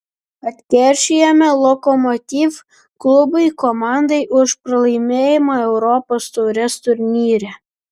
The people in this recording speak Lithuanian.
atkeršijome lokomotiv klubui komandai už pralaimėjimą europos taurės turnyre